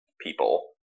people